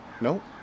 nope